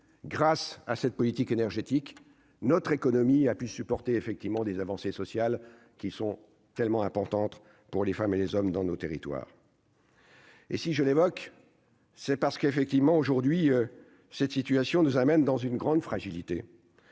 grâce à cette politique énergétique, notre économie a pu supporter effectivement des avancées sociales qui sont tellement importante pour les femmes et les hommes dans nos territoires. Et si je l'évoque, c'est parce qu'effectivement aujourd'hui cette situation nous amène dans une grande fragilité.